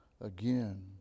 again